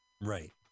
Right